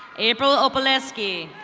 april obaleski.